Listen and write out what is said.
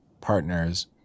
partners